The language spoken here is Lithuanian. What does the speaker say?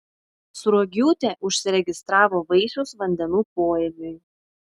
sruogiūtė užsiregistravo vaisiaus vandenų poėmiui